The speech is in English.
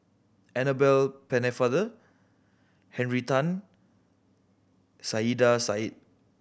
Annabel Pennefather Henry Tan Saiedah Said